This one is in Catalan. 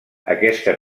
aquesta